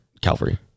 Calvary